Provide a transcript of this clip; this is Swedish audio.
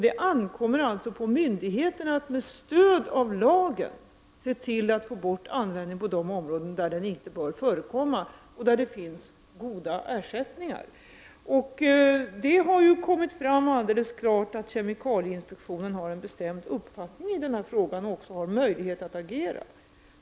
Det ankommer alltså på myndigheterna att med stöd av lagen se till att få bort användningen på de områden där den inte bör förekomma och där det finns goda ersättningar. Det har kommit fram alldeles klart att kemikalieinspektionen har en bestämd uppfattning i denna fråga och att den även har möjlighet att agera.